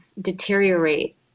deteriorate